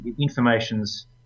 information's